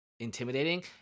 Intimidating